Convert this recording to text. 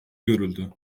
görüldü